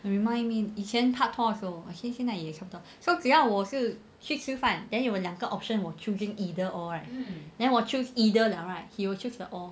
you remind me 以前 pak tor 的时后 actually 现在也差不多 so 只要我是去吃饭 then 有两个 option 我 choosing either or then 我 choose either liao right he will choose the or